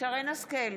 שרן מרים השכל,